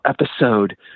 episode